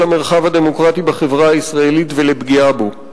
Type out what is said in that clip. המרחב הדמוקרטי בחברה הישראלית ולפגיעה בו.